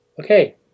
okay